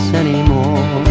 anymore